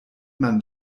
man